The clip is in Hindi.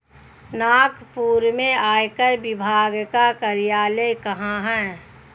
नागपुर में आयकर विभाग का कार्यालय कहाँ है?